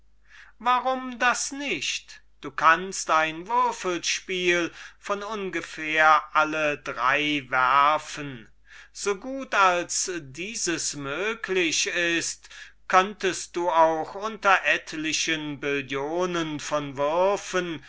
warum das nicht du kannst im würfelspiel von ungefähr alle drei werfen so gut als dieses möglich ist könntest du auch unter etlichen billionen von würfen